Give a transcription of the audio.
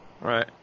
Right